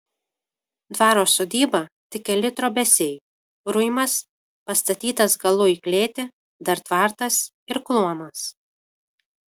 dvaro sodyba tik keli trobesiai ruimas pastatytas galu į klėtį dar tvartas ir kluonas